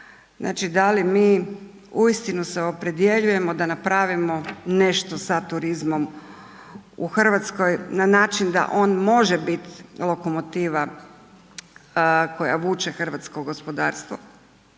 znači, da li mi, uistinu se opredjeljujemo da napravimo nešto sa turizmom u RH na način da on može bit lokomotiva koja vuče hrvatsko gospodarstvo,